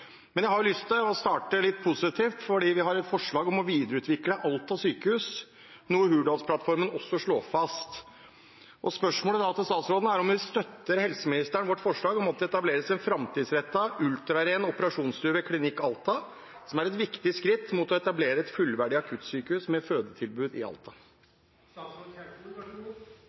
Men jeg har lyst til å starte litt positivt, for vi har et forslag om å videreutvikle Klinikk Alta, noe Hurdalsplattformen også slår fast. Spørsmålet til statsråden er om hun støtter vårt forslag om at det etableres en framtidsrettet «ultraren» operasjonsstue ved Klinikk Alta, som er et viktig skritt mot å etablere et fullverdig akuttsykehus med fødetilbud i